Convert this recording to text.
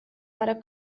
para